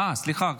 אה, סליחה.